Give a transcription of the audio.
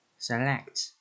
Select